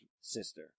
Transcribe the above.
sister